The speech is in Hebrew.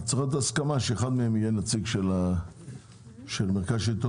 אז צריך להיות הסכמה שאחד מהם יהיה נציג של מרכז שלטון